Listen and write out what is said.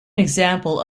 example